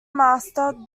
master